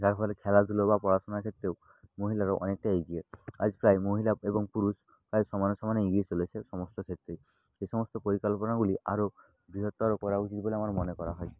যার ফলে খেলাধুলো বা পড়াশুনার ক্ষেত্তেও মহিলারাও অনেকটা এগিয়ে আজ প্রায় মহিলা এবং পুরুষ প্রায় সমানে সমানে এগিয়ে চলেছে সমস্ত ক্ষেত্রেই এ সমস্ত পরিকল্পনাগুলি আরও বৃহত্তর করা উচিত বলে আমার মনে করা হয়